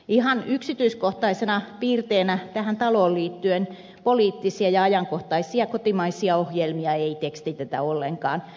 ihan yksityiskohtaisena piirteenä tähän taloon liittyen poliittisia ja ajankohtaisia kotimaisia ohjelmia ei tekstitetä ollenkaan